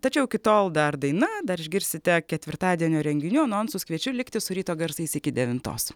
tačiau iki tol dar daina dar išgirsite ketvirtadienio renginių anonsus kviečiu likti su ryto garsais iki devintos